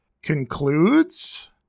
concludes